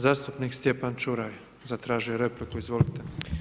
Zastupnik Stjepan Čuraj, zatražio je repliku, izvolite.